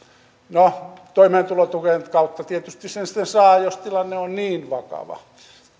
no toimeentulotuen kautta tietysti sen sitten saa jos tilanne on niin vakava